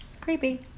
Creepy